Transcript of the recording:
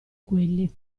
quelli